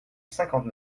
cinquante